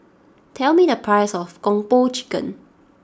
tell me the price of Kung Po Chicken